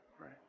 right